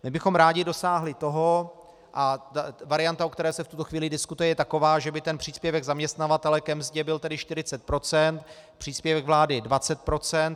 My bychom rádi dosáhli toho, a varianta, o které se v tuto chvíli diskutuje, je taková, že by příspěvek zaměstnavatele ke mzdě byl 40 %, příspěvek vlády 20 %.